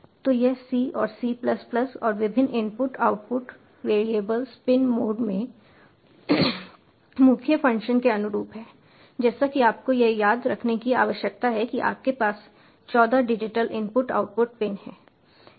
तो यह C और C प्लस प्लस और विभिन्न input output variables pin mode में मुख्य फ़ंक्शन के अनुरूप है जैसे कि आपको यह याद रखने की आवश्यकता है कि आपके पास 14 डिजिटल इनपुट आउटपुट पिन हैं